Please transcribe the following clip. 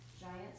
Giants